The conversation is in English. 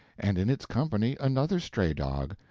and in its company another stray dog,